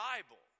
Bible